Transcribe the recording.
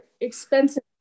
expensive